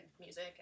music